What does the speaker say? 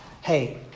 hey